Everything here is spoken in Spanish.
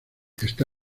está